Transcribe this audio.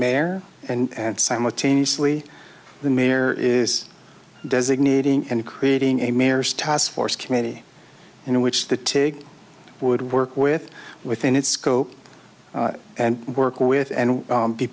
mayor and simultaneously the mayor is designating and creating a mayor's task force committee in which the tig would work with within its scope and work with and